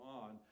on